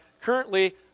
currently